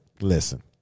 listen